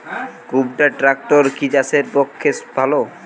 কুবটার ট্রাকটার কি চাষের পক্ষে ভালো?